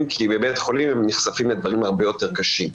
כי בבית החולים הם נחשפים לדברים הרבה יותר קשים.